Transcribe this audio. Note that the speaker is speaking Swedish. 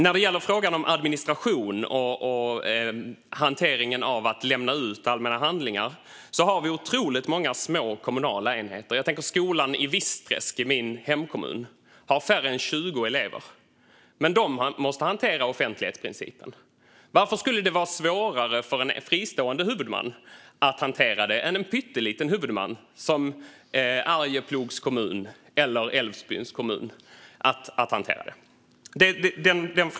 När det gäller frågan om administration och hanteringen med att lämna ut allmänna handlingar har vi otroligt många små kommunala enheter. Skolan i Vistträsk i min hemkommun har färre än 20 elever, men den måste hantera offentlighetsprincipen. Varför skulle det vara svårare för en fristående huvudman att hantera det än för en pytteliten huvudman som Arjeplogs eller Älvsbyns kommun?